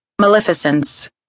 Maleficence